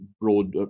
broad